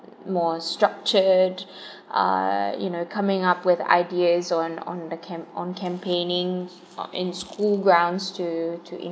more structured uh you know coming up with ideas on on the camp~ on campaigning on in school grounds to to